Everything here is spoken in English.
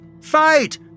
Fight